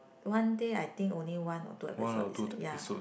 one day I think only one or two episode is like ya